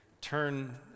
turn